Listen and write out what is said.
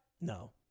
No